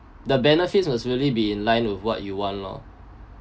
the benefits must really be in line with what you want lor